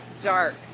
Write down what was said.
dark